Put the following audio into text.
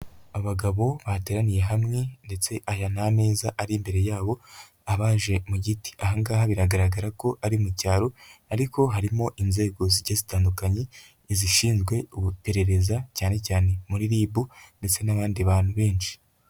Abagabo bahateraniye hamwe ndetse aya ni ameza ari imbere yabo abaje mu giti, ahangaha biragaragara ko ari mu cyaro, ariko harimo inzego zigiye zitandukanye n'izishinzwe ubuperereza cyane cyane muri RIB, ndetse n'abandi bantu benshi.